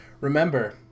remember